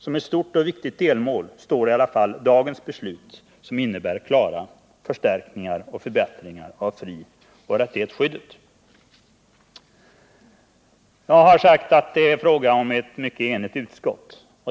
Som ett stort viktigt delmål står ändå dagens beslut, som innebär klara förstärkningar och förbättringar av frioch rättighetsskyddet. Jag har sagt att det är fråga om ett mycket enigt utskott.